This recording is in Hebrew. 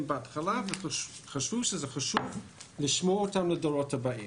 בהתחלה וחשבו שחשוב לשמור אותם לדורות הבאים.